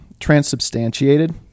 transubstantiated